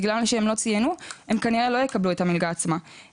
בגלל שהם לא ציינו הם כנראה לא יקבלו את המלגה עצמה.